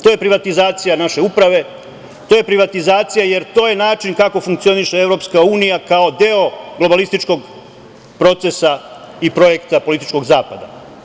To je privatizacija naše uprave, to je privatizacija, jer to je način kako funkcioniše Evropska unija kao deo globalističkog procesa i projekta političkog zapada.